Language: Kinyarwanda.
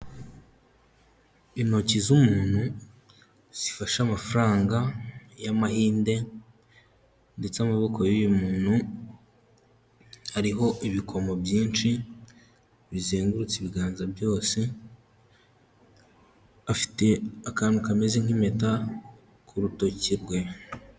Intoki z'umuntu zifashe amafaranga y'amahinde ndetse amaboko y'uyu muntu hariho ibikomo byinshi bizengurutse ibiganza byose afite akantu kameze nk'impeta ku rutoki rwe.